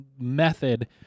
method